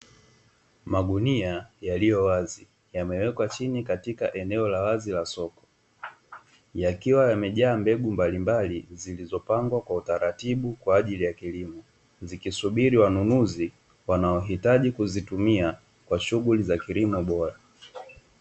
Magunia yaliowazi yamewekwa chini katika eneo la wazi la duka yakiwa yamejaa mbegu mbalimbali zilizopangwa kwa taratibu kwaajili ya kilimo zikisubiri wanunuzi wanaohitaji kuzitumia kwa shughuli za kilimo bora.